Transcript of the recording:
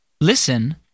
Listen